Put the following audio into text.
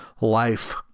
life